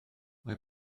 mae